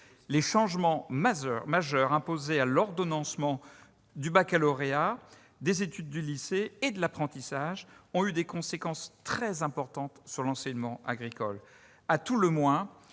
les changements majeurs imposés à l'ordonnancement du baccalauréat, des études dans le cadre du lycée et de l'apprentissage ont eu des conséquences très importantes sur l'enseignement agricole.